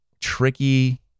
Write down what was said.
tricky